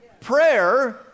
Prayer